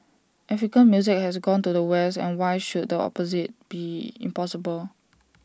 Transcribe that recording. African music has gone to the west and why should the opposite be impossible